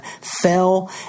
fell